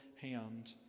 hand